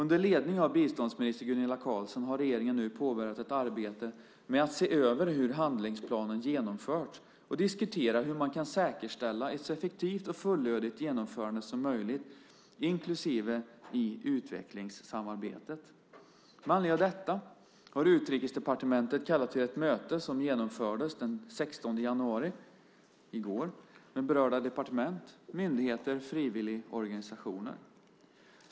Under ledning av biståndsminister Gunilla Carlsson har regeringen nu påbörjat ett arbete med att se över hur handlingsplanen genomförts och att diskutera hur man kan säkerställa ett så effektivt och fullödigt genomförande som möjligt, inklusive i utvecklingssamarbetet. Med anledning av detta kallade Utrikesdepartementet till ett möte som genomfördes den 16 januari - i går - med berörda departement, myndigheter och frivilligorganisationer.